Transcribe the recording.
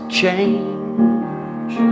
change